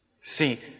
See